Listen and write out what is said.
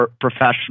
professional